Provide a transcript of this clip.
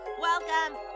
Welcome